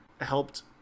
helped